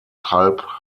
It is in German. halb